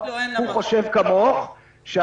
הוא חושב כמוך,